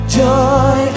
joy